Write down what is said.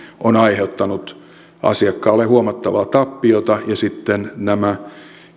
on aiheuttanut asiakkaalle huomattavaa tappiota ja sitten nämä